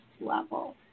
level